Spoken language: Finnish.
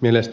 mielestäni luopua